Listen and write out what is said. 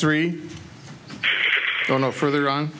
three oh no further on